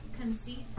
conceit